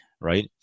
right